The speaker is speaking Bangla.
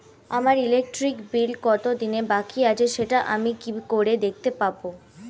আমার ইলেকট্রিক বিল কত দিনের বাকি আছে সেটা আমি কি করে দেখতে পাবো?